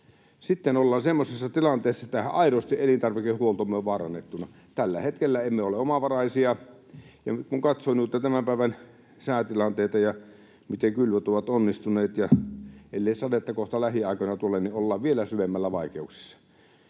Sitten ollaan semmoisessa tilanteessa, että aidosti elintarvikehuoltomme on vaarannettuna. Tällä hetkellä emme ole omavaraisia. Ja kun katsoin näitä tämän päivän säätilanteita ja miten kylvöt ovat onnistuneet, niin ellei sadetta kohta lähiaikoina tule, ollaan vielä syvemmällä vaikeuksissa.